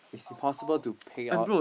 impossible to pay up